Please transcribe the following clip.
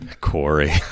Corey